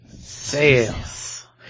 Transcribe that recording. sales